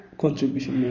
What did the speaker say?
contribution